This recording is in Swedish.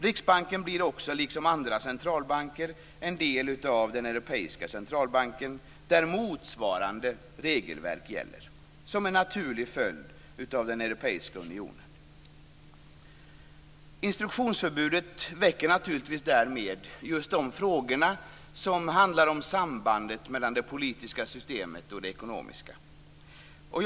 Riksbanken blir också, liksom andra centralbanker, en del av den europeiska centralbanken där motsvarande regelverk gäller som en naturlig följd av den europeiska unionen. Instruktionsförbudet väcker naturligtvis därmed just de frågor som handlar om sambandet mellan det politiska och det ekonomiska systemet.